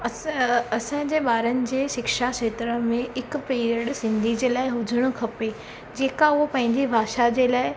असां असांजे ॿारनि जे शिक्षा खेत्र में हिकु पीरियड सिंधी जे लाइ हुजणु खपे जेको उहा पंहिंजे भाषा जे लाइ